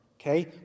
okay